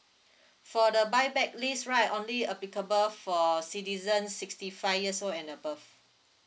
for the buy back lease right only applicable for citizens sixty five years old and above